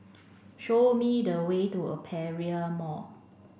show me the way to Aperia Mall